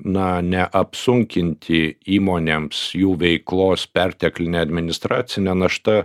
na neapsunkinti įmonėms jų veiklos pertekline administracine našta